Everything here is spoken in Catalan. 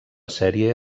sèrie